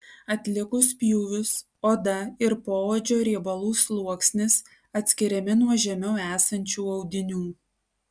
atlikus pjūvius oda ir poodžio riebalų sluoksnis atskiriami nuo žemiau esančių audinių